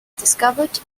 discovered